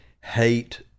hate